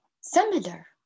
similar